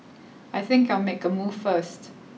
I think I'll make a move first